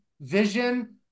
vision